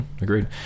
Agreed